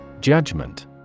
Judgment